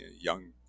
young